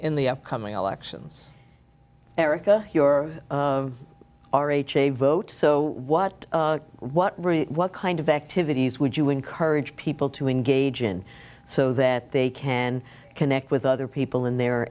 in the coming elections erica your vote so what what what kind of activities would you encourage people to engage in so that they can connect with other people in their